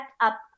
up